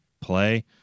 play